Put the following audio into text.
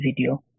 video